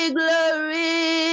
glory